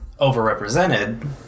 overrepresented